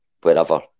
wherever